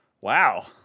Wow